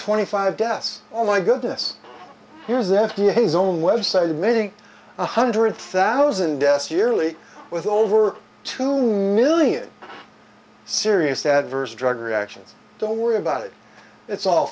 twenty five deaths oh my goodness here's the f d a his own web site admitting one hundred thousand deaths yearly with over two million serious adverse drug reactions don't worry about it it's all